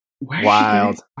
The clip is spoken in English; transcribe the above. Wild